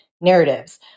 narratives